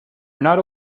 not